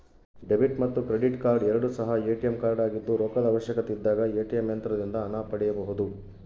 debit ಮತ್ತು credit card ಎರಡು ಸಹ ಎ.ಟಿ.ಎಂ ಕಾರ್ಡಾಗಿದ್ದು ರೊಕ್ಕದ ಅವಶ್ಯಕತೆಯಿದ್ದಾಗ ಎ.ಟಿ.ಎಂ ಯಂತ್ರದಿಂದ ಹಣ ಪಡೆಯಬೊದು